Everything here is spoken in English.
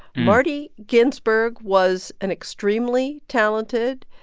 marty ginsburg was an extremely talented,